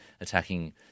attacking